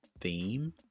theme